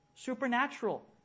supernatural